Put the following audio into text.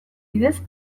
bidez